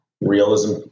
realism